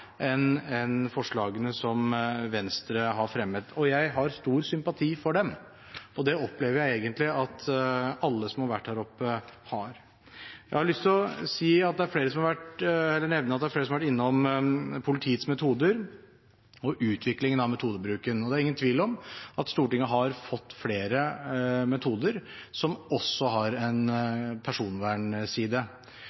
enn forslagene som Venstre har fremmet. Jeg har stor sympati for dem, og det opplever jeg egentlig at alle som har vært her oppe, har. Jeg har lyst til å nevne at det er flere som har vært innom politiets metoder og utviklingen av metodebruken. Det er ingen tvil om at Stortinget har fått flere metoder som også har en